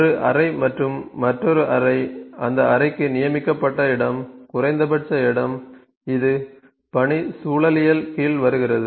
ஒரு அறை மற்றும் மற்றொரு அறை அந்த அறைக்கு நியமிக்கப்பட்ட இடம் குறைந்தபட்ச இடம் இது பணிச்சூழலியல் கீழ் வருகிறது